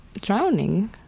drowning